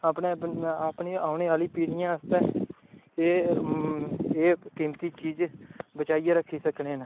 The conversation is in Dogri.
अपने अपनियें औने आह्लीं पीढ़ियें आस्तै एह् एह् कीमती चीज़ ऐ बचाइयै रक्खी सकने न